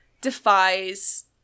defies